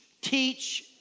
teach